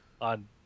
on